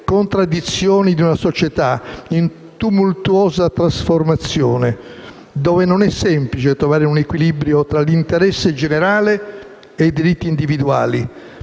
contraddizioni di una società in tumultuosa trasformazione, dove non è semplice trovare un equilibrio tra l'interesse generale e i diritti individuali,